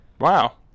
Wow